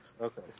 Okay